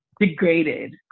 degraded